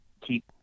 keep